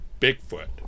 Bigfoot